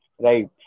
Right